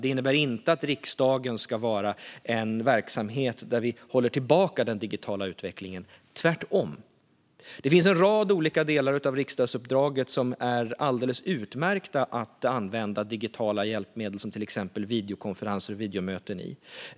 Det innebär inte att riksdagen ska vara en verksamhet där vi håller tillbaka den digitala utvecklingen - tvärtom! Det finns en rad olika delar av riksdagsuppdraget där det går alldeles utmärkt att använda digitala hjälpmedel som videokonferenser och videomöten.